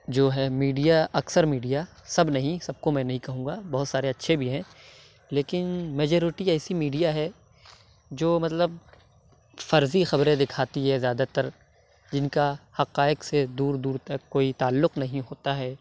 جو ہے میڈیا اکثر میڈیا سب نہیں سب کو میں نہیں کہوں گا بہت سارے اچھے بھی ہیں لیکن میجوروٹی ایسی میڈیا ہے جو مطلب فرضی خبریں دکھاتی ہے زیادہ تر جن کا حقائق سے دور دور کوئی تعلق نہیں ہوتا ہے